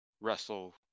wrestle